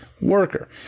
worker